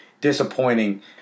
disappointing